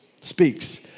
Speaks